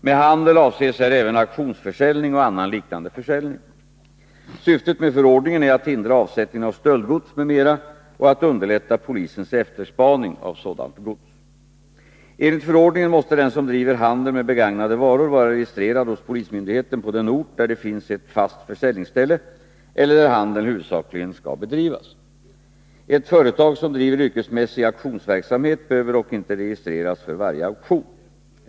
Med handel avses här även auktionsförsäljning och annan liknande försäljning. Syftet med förordningen är att hindra avsättningen av stöldgods m.m. och att underlätta polisens efterspaning av sådant gods. Enligt förordningen måste den som driver handel med begagnade varor vara registrerad hos polismyndigheten på den ort där det finns ett fast försäljningsställe eller där handeln huvudsakligen skall bedrivas. Ett företag som driver yrkesmässig auktionsverksamhet behöver dock inte registreras för varje auktion.